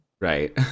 right